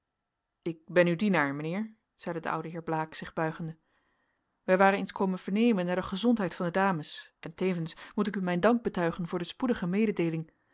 ik ben uw dienaar mijnheer zeide de oude heer blaek zich buigende wij waren eens komen vernemen naar de gezondheid van de dames en tevens moet ik u mijn dank betuigen voor de spoedige mededeeling